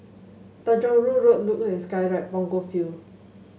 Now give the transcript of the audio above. Tanjong Rhu Road Luge and Skyride Punggol Field